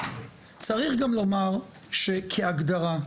צריך גם לומר שכהגדרה,